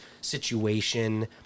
situation